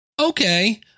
okay